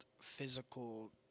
physical